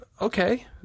okay